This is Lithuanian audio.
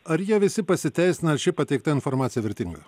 ar jie visi pasiteisina ar ši pateikta informacija vertinga